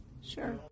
Sure